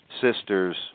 sister's